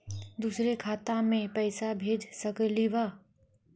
दुसरे खाता मैं पैसा भेज सकलीवह?